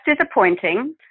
disappointing